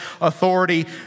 authority